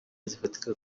zifatika